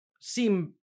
seem